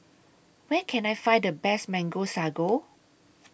Where Can I Find The Best Mango Sago